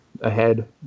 ahead